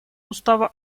устава